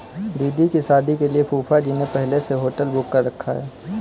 दीदी की शादी के लिए फूफाजी ने पहले से होटल बुक कर रखा है